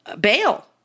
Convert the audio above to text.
bail